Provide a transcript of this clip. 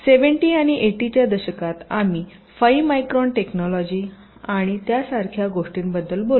70 आणि 80 च्या दशकात आम्ही 5 मायक्रॉन टेक्नोलोंजि आणि त्यासारख्या गोष्टींबद्दल बोललो